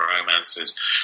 romances